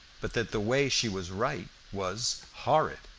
but that the way she was right was horrid.